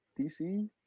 DC